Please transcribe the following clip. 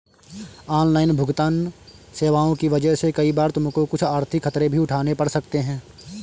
online भुगतन्न सेवाओं की वजह से कई बार तुमको कुछ आर्थिक खतरे भी उठाने पड़ सकते हैं